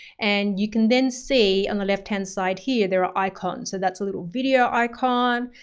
and you can then see on the left-hand side here there are icons. so that's a little video icon,